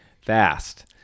fast